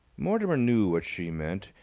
mortimer knew what she meant.